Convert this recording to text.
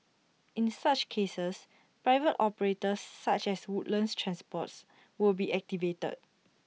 in such cases private operators such as Woodlands transport will be activated